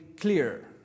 clear